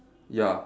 ya